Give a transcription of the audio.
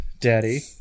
daddy